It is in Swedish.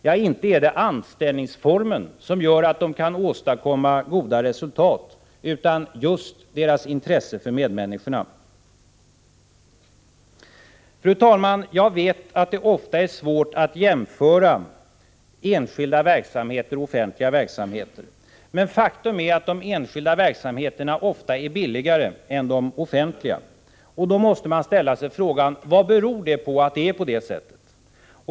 Ja, inte är det anställningsformen som gör att de kan åstadkomma goda resultat utan just deras intresse för medmänniskorna. Fru talman! Jag vet att det ofta är svårt att jämföra enskilda verksamheter och offentliga verksamheter, men faktum är att de enskilda verksamheterna ofta är billigare än de offentliga. Då måste man ställa sig frågan: Vad beror det på att det är på det sättet?